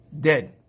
dead